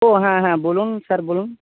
ওহ হ্যাঁ হ্যাঁ বলুন স্যার বলুন